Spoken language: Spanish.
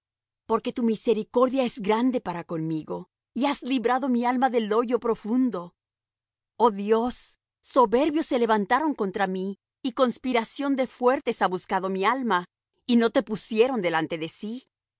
porque tu misericordia es grande para conmigo y has librado mi alma del hoyo profundo oh dios soberbios se levantaron contra mí y conspiración de fuertes ha buscado mi alma y no te pusieron delante de sí